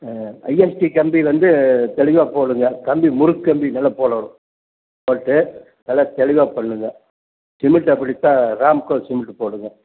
ஆ ISD கம்பி வந்து தெளிவாக போடுங்க கம்பி முறுக்கு கம்பி நல்லா போடணும் போட்டு நல்ல தெளிவாக பண்ணுங்கள் சிமெண்ட் அப்படித்தான் ராம்கோ சிமெண்ட் போடுங்க